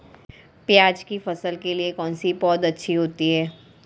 प्याज़ की फसल के लिए कौनसी पौद अच्छी होती है?